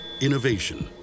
Innovation